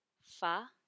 fa